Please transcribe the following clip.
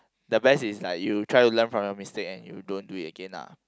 the best is like you try to learn from your mistake and you don't do it again lah